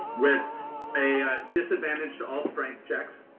with a disadvantage to all strength checks.